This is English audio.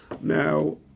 Now